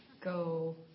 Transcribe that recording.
Go